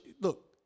look